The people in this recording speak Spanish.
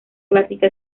clásica